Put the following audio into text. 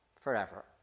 forever